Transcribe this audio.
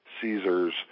Caesars